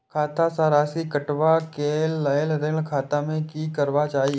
खाता स राशि कटवा कै लेल ऋण खाता में की करवा चाही?